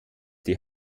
die